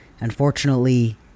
unfortunately